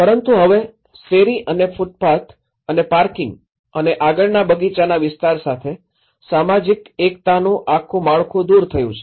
પરંતુ હવે શેરી અને ફૂટપાથ અને પાર્કિંગ અને આગળના બગીચાના વિસ્તાર સાથે સામાજિક એકતાનું આખું માળખું દૂર થયું છે